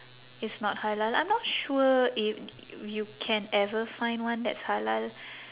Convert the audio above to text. it's not halal I'm not sure if you can ever find one that's halal